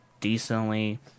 decently